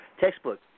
textbook